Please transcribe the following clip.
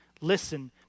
listen